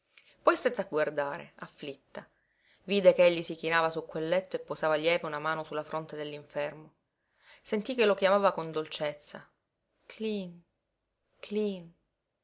poi stette a guardare afflitta vide che egli si chinava su quel letto e posava lieve una mano su la fronte dell'infermo sentí che lo chiamava con dolcezza cleen cleen